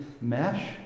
mesh